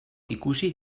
ikusi